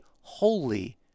holy